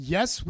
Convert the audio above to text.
Yes